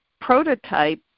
prototype